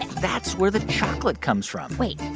and that's where the chocolate comes from wait,